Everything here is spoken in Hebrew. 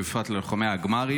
ובפרט ללוחמי הגמ"רים.